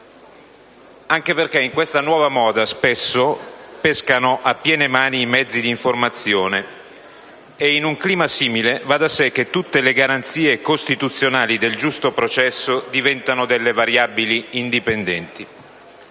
anche perché in questa nuova moda spesso pescano a piene mani i mezzi di informazione, e in un clima simile va da sé che tutte le garanzie costituzionali del giusto processo diventino delle variabili indipendenti.